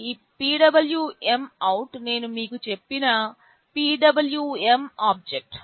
ఈ PwmOut నేను మీకు చెప్పిన PWM ఆబ్జెక్ట్